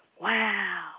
wow